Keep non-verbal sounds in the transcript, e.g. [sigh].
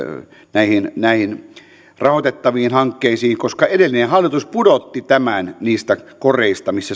näihin näihin rahoitettaviin hankkeisiin koska edellinen hallitus pudotti tämän niistä koreista missä [unintelligible]